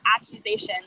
accusation